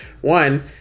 One